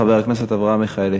חבר הכנסת אברהם מיכאלי.